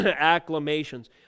acclamations